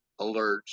alerts